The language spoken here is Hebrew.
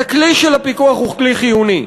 אז הכלי של הפיקוח הוא כלי חיוני.